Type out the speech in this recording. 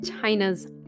China's